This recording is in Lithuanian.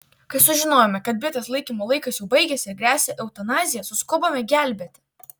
kai sužinojome kad bitės laikymo laikas jau baigėsi ir gresia eutanazija suskubome gelbėti